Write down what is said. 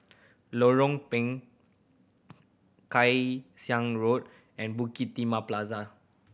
Lorong Kay Siang Road and Bukit Timah Plaza